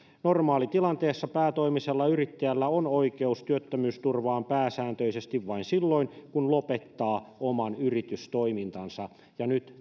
normaalitilanteessa päätoimisella yrittäjällä on oikeus työttömyysturvaan pääsääntöisesti vain silloin kun lopettaa oman yritystoimintansa ja nyt